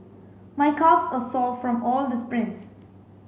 my calves are sore from all the sprints